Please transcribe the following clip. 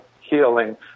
healing